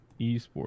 esports